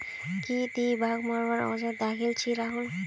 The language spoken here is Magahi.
की ती बाघ मरवार औजार दखिल छि राहुल